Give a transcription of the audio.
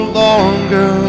longer